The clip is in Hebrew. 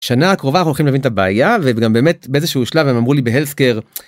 שנה הקרובה אנחנו הולכים להבין את הבעיה וגם באמת באיזשהו שלב הם אמרו לי ב-health care